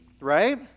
right